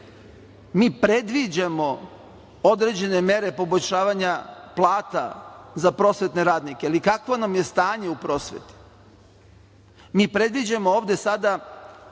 predviđamo određene mere poboljšavanja plata za prosvetne radnike. Ali kakvo nam je stanje u prosveti? Mi predviđamo ovde sada,